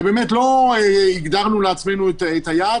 ובאמת לא הגדרנו לעצמנו את היעד,